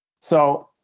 So-